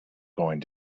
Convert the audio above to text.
going